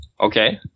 Okay